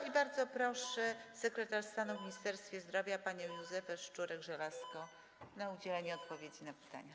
I bardzo proszę sekretarz stanu w Ministerstwie Zdrowia panią Józefę Szczurek-Żelazko o udzielenie odpowiedzi na pytania.